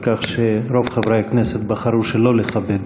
על כך שרוב חברי הכנסת בחרו שלא לכבד